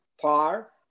par